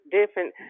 different